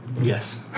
yes